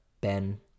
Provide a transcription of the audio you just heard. Ben